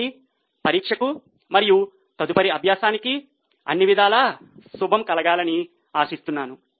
కాబట్టి పరీక్షకు మరియు తదుపరి అభ్యాసానికి అన్ని విధాల శుభం కలగాలని ఆశిస్తున్నాను